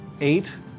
eight